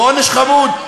ועונש חמור,